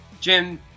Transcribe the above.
Jim